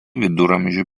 viduramžių